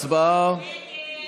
הצבעה.